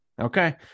Okay